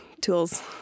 tools